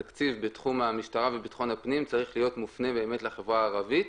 התקציב בתחום המשטרה וביטחון הפנים צריך להיות מופנה לחברה הערבית